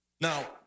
Now